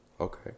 Okay